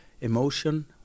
emotion